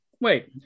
wait